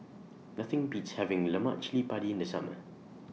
Nothing Beats having Lemak Cili Padi in The Summer